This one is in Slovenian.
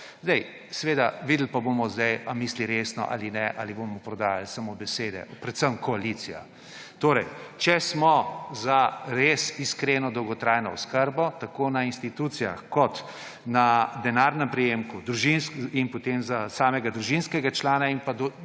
Seveda videli pa bomo sedaj ali misli resno ali ne ali bomo prodajali samo besede, predvsem koalicija. Torej, če smo za res iskreno dolgotrajno oskrbo, tako na institucijah kot na denarnem prejemku in potem za samega družinskega člana in pa